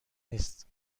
نیست